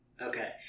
Okay